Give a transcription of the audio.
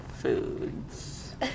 foods